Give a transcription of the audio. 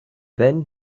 then